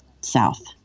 south